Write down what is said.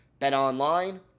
BetOnline